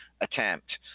attempt